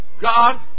God